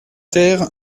ter